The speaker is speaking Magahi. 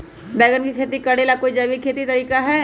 बैंगन के खेती भी करे ला का कोई जैविक तरीका है?